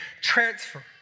transfer